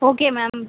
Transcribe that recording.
okay ma'am